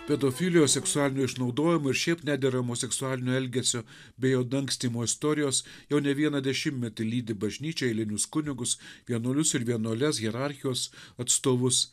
pedofilijos seksualinio išnaudojimo ir šiaip nederamo seksualinio elgesio bei jo dangstymo istorijos jau ne vieną dešimtmetį lydi bažnyčią eilinius kunigus vienuolius ir vienuoles hierarchijos atstovus